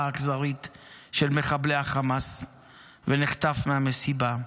האכזרית של מחבלי החמאס ונחטף מהמסיבה,